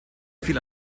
fiel